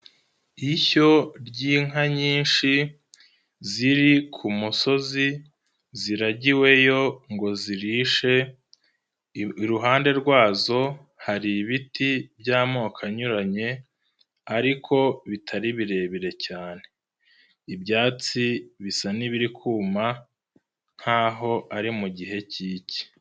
Ishyo ry'inka nyinshi ziri ku musozi ziragiweyo ngo zirishe, iruhande rwazo hari ibiti by'amoko anyuranye ariko bitari birebire cyane, ibyatsi bisa n'ibiri kuma nk'aho ari mu gihe k'icyi.